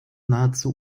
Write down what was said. nahezu